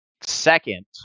Second